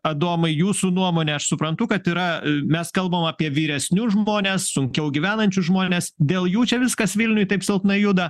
adomai jūsų nuomone aš suprantu kad yra mes kalbam apie vyresnius žmones sunkiau gyvenančius žmones dėl jų čia viskas vilniuj taip silpnai juda